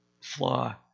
flaw